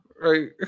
Right